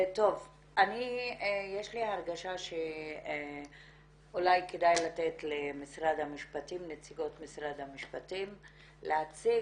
יש לי הרגשה שאולי כדאי לתת לנציגות משרד המשפטים להציג,